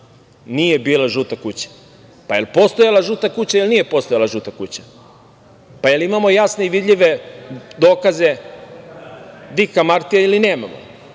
nije bila žuta kuća? Pa, da li je postojala „žuta kuća“ ili nije postojala „žuta kuća“? Pa, da li imamo jasne i vidljive dokaze Dika Martija ili nemamo? Ne,